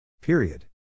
Period